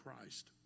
Christ